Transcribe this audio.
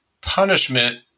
punishment